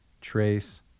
Trace